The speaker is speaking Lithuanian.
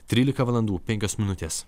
trylika valandų penkios minutės